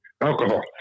Alcohol